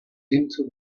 into